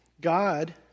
God